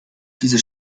diese